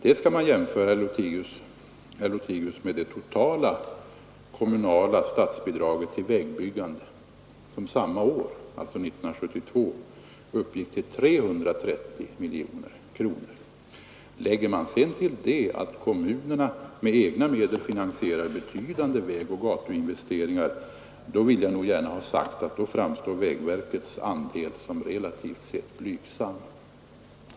Det skall man jämföra, herr Lothigius, med det totala statsbidraget till kommunerna för vägbyggandet som för samma år uppgick till 330 miljoner kronor. Lägger man sedan till att kommunerna med egna medel finansierar betydande vägoch gatuinvesteringar, vill jag nog gärna ha sagt att vägverkets andel framstår som relativt blygsam.